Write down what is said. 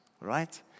Right